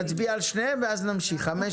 נצביע על שניהם ואז נמשיך.